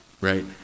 right